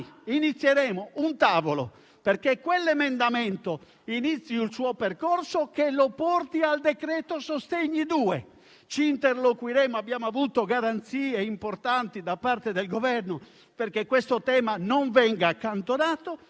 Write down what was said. inizieremo un tavolo, perché quell'emendamento inizi il suo percorso che lo porti al decreto-legge sostegni-*bis*. Interloquiremo e abbiamo avuto garanzie importanti da parte del Governo perché il tema non venga accantonato;